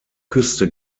küste